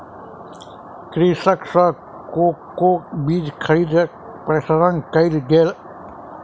कृषक सॅ कोको बीज खरीद प्रसंस्करण कयल गेल